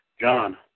John